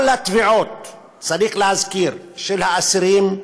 כל התביעות של האסירים,